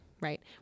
right